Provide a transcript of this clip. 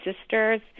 Sisters